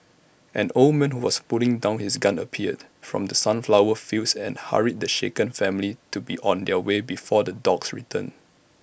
an old man who was putting down his gun appeared from the sunflower fields and hurried the shaken family to be on their way before the dogs return